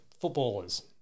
footballers